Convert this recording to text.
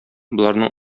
боларның